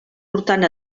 portant